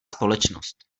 společnost